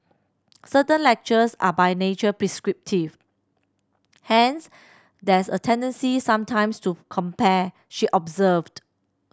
certain lectures are by nature prescriptive hence there's a tendency sometimes to compare she observed